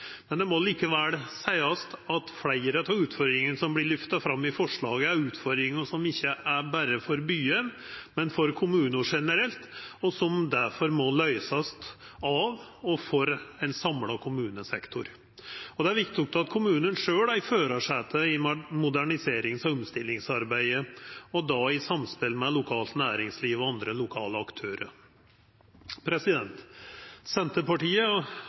men det må likevel seiast at fleire av utfordringane som vert lyfta fram i forslaget, er utfordringar som ikkje berre er for byane, men for kommunar generelt, og som difor må løysast av og for ein samla kommunesektor. Det er viktig at kommunane sjølve er i førarsetet i moderniserings- og omstillingsarbeidet, i samspel med lokalt næringsliv og andre lokale aktørar. Senterpartiet